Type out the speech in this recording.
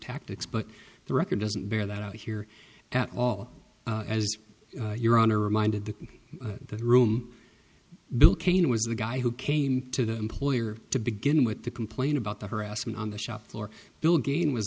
tactics but the record doesn't bear that out here at all as your honor reminded that the room bill kane was the guy who came to the employer to begin with the complain about the harassment on the shop floor bill again was